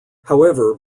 however